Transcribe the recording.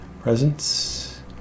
presence